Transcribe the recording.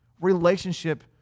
relationship